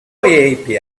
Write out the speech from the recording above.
api